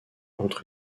entre